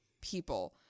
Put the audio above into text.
people